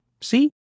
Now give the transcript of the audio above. See